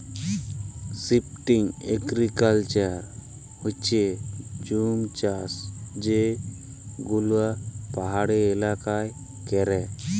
shifting agriculture হচ্যে জুম চাষ যে গুলা পাহাড়ি এলাকায় ক্যরে